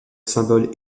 symbole